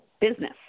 business